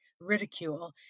ridicule